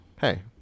Hey